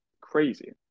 crazy